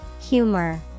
Humor